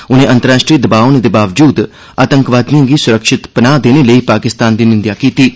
उनें अंतराष्ट्रीय दबाऽ होने दे बावजूद आतंकवादियें गी स्रक्षति पनाह देने लेई पाकिस्तान दी निंदेया कीती ऐ